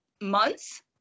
months